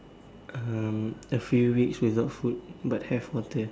um a few weeks without food but have water